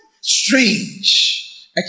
Strange